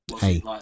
Hey